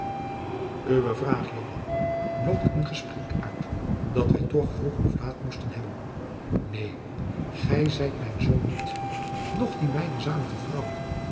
uwe vraag joan lokt een gesprek uit dat wij toch vroeg of laat moesten hebben neen gij zijt mijn zoon niet noch die mijner zalige vrouw